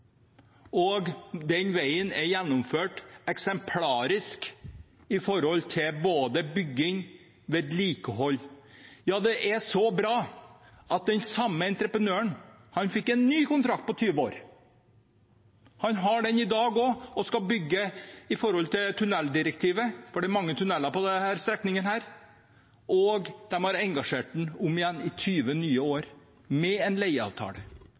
og den veien er gjennomført eksemplarisk med tanke på både bygging og vedlikehold. Ja, det er så bra at den samme entreprenøren fikk en ny kontrakt på 20 år. Han har den i dag også, og skal bygge etter tunneldirektivet, for det er mange tunneler på denne strekningen. De har engasjert ham for 20 nye år med en leieavtale.